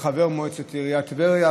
כחבר מועצת עיריית טבריה,